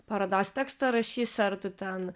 parodos tekstą rašysi ar tu ten